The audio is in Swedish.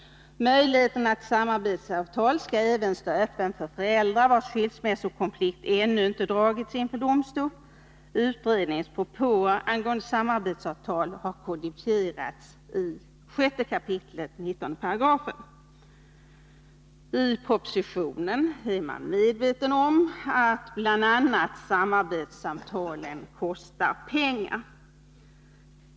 Möjligheten till samarbetssamtal bör ——-— stå öppen även för föräldrar vars skilsmässokonflikt ännu inte har dragits inför domstol.” I propositionen är man medveten om att bl.a. ”samarbetssamtalen” kostar pengar.